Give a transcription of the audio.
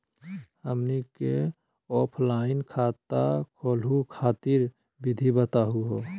हमनी क ऑफलाइन खाता खोलहु खातिर विधि बताहु हो?